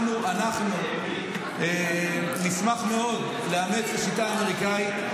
אנחנו נשמח מאוד לאמץ את השיטה האמריקאית,